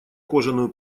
кожаную